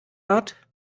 art